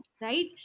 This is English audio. Right